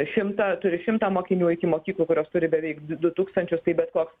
šimtą turi šimtą mokinių iki mokyklų kurios turi beveik du tūkstančius tai bet koks